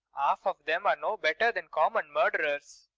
half of them are no better than common murderers!